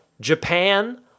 Japan